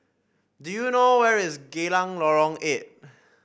do you know where is Geylang Lorong Eight